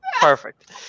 Perfect